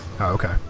Okay